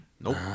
Nope